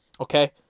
Okay